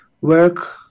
work